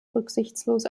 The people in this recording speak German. rücksichtslos